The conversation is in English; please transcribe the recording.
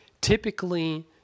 typically